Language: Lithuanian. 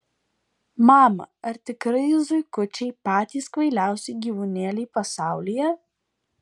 mama ar tikrai zuikučiai patys kvailiausi gyvūnėliai pasaulyje